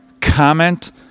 comment